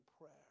prayer